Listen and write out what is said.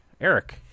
eric